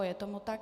Je tomu tak.